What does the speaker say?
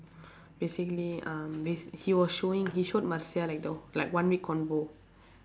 basically um bas~ he was showing he showed Marcia like the like one week convo